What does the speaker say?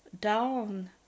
down